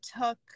took